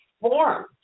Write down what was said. form